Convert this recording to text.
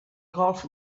golf